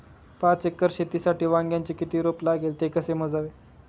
पाच एकर शेतीसाठी वांग्याचे किती रोप लागेल? ते कसे मोजावे?